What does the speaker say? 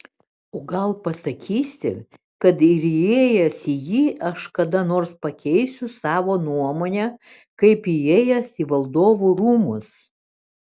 o gal pasakysi kad ir įėjęs į jį aš kada nors pakeisiu savo nuomonę kaip įėjęs į valdovų rūmus